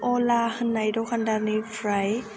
अला होननाय दखानदारनिफ्राय